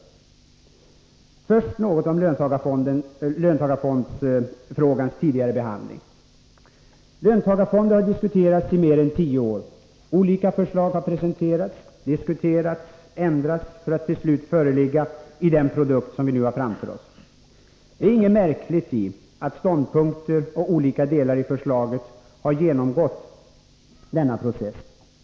Först något om löntagarfondsfrågans tidigare behandling. Löntagarfonder har diskuterats i mer än tio år. Olika förslag har presenterats, diskuterats och ändrats för att till slut föreligga i den produkt vi nu har framför oss. Det är inget märkligt i att ståndpunkter och olika delar i förslaget har genomgått denna process.